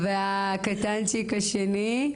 והקטנצ'יק השני?